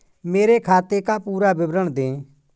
मेरे खाते का पुरा विवरण दे?